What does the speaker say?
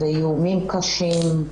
איומים קשים.